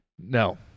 No